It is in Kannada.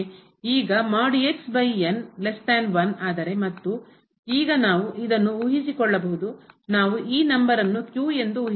ಈಗ ಆದರೆ ಮತ್ತು ಈಗ ನಾವು ಇದನ್ನು ಊಹಿಸಿಕೊಳ್ಳಬಹುದು ನಾವು ಈ ನಂಬರನ್ನು ಎಂದು ಊಹಿಸುತ್ತವೆ